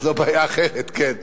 זו בעיה אחרת, כן.